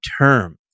term